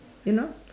you know